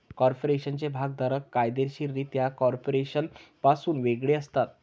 कॉर्पोरेशनचे भागधारक कायदेशीररित्या कॉर्पोरेशनपासून वेगळे असतात